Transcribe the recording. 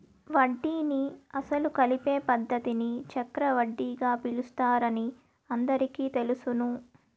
వడ్డీని అసలు కలిపే పద్ధతిని చక్రవడ్డీగా పిలుస్తారని అందరికీ తెలుసును